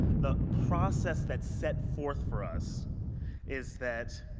the process that's set forth for us is that